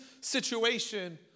situation